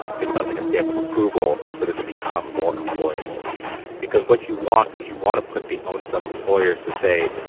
think about like a stamp of approval so that they become more employable because what you want is you want to put the onus on employers to say,